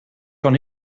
kan